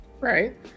right